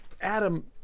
Adam